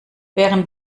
während